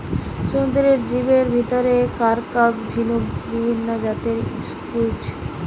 সমুদ্রের জীবের ভিতরে কাকড়া, ঝিনুক, বিভিন্ন জাতের স্কুইড,